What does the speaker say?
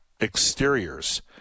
Exteriors